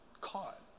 caught